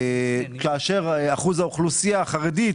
אחוז האוכלוסייה החרדית